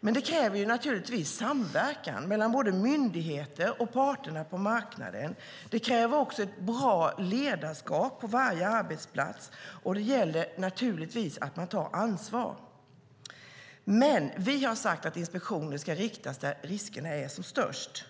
Men det kräver naturligtvis samverkan mellan myndigheter och parterna på marknaden. Det kräver också ett bra ledarskap på varje arbetsplats, och det gäller att man tar ansvar. Vi har sagt att inspektionerna ska riktas till de ställen där riskerna är som störst.